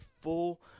full